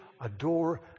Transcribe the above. adore